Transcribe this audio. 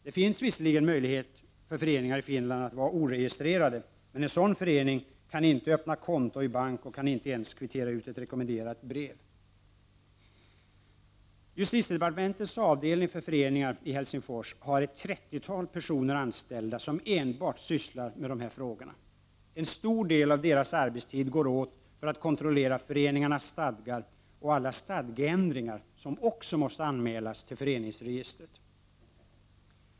Det finns visserligen möjlighet för föreningar i Finland att vara oregistrerade, men en sådan förening kan inte öppna konto i bank och kan inte ens kvittera ut ett rekommenderat brev. Justitiedepartementets avdelning för föreningar har ett trettiotal personer anställda, som enbart sysslar med de här frågorna. En stor del av deras arbetstid går åt för att kontrollera föreningarnas stadgar och alla stadgeändringar, som också måste anmälas till föreningsregistret.